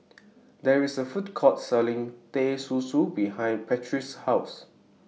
There IS A Food Court Selling Teh Susu behind Patrice's House